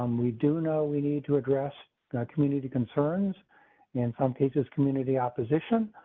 um we do know, we need to address community concerns in some cases, community opposition.